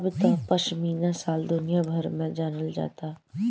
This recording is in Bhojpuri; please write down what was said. अब त पश्मीना शाल दुनिया भर में जानल जाता